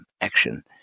action